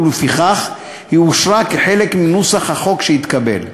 ולפיכך היא אושרה כחלק מנוסח החוק שהתקבל.